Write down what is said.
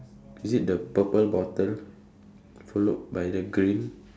is it the purple bottle followed by the green